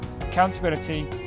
accountability